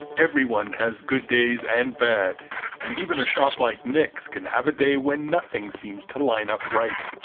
everyone has good days and bad and even a shop like nick's can have a day when nothing seems to line up right